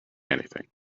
anything